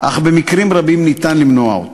אך במקרים רבים ניתן למנוע אותה.